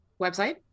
website